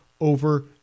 over